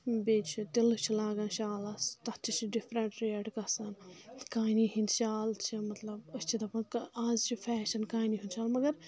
بیٚیہِ چھِ تِلہٕ چھِ لاگان شالَس تَتھ تہِ چھِ ڈِفرَنٹریٹ گژھان کانی ہِنٛدۍ شال چھِ مطلب أسۍ چھِ دَپان آز چھِ فیشَن کانی ہٕنٛد شال مگر